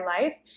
life